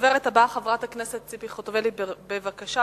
הדוברת הבאה, חברת הכנסת ציפי חוטובלי, בבקשה.